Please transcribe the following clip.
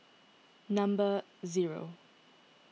number zero